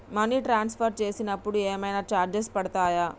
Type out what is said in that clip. Money transfer చేసినప్పుడు ఏమైనా charges పడతయా?